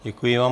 Děkuji vám.